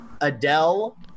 Adele